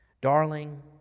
Darling